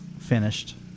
finished